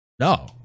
No